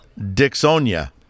Dixonia